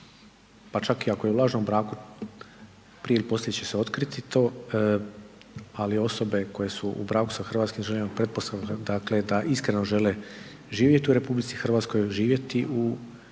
pa čak ako je i u lažnom braku prije ili poslije će se otkriti to. Ali osobe koje su u braku sa hrvatskim državljaninom pretpostavka da iskreno žele živjeti u RH, živjeti u obiteljskoj